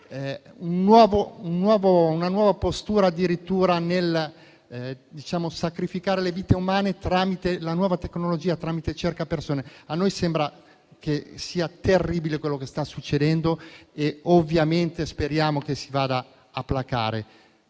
una nuova postura nel sacrificare le vite umane tramite la nuova tecnologia cercapersone. A noi sembra terribile quello che sta accadendo e ovviamente speriamo che vada a placarsi.